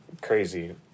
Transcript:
crazy